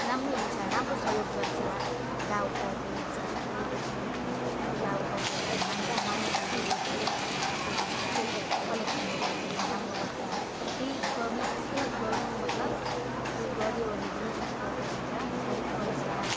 राम्रो हुन्छ राम्रो सहयोग गर्छ गाउँको के भन्छ उ योहरूले पनि हाम्रै गाउँको के भन्छ मान्छे मानिसहरूले पनि के भन्छ कलेक्सनहरू गर्यो भने राम्रो गर्छ केही गर्नु केही गर्नु मतलब केही गर्यो भने पनि त्यसको के भन्छ हेल्प गर्छ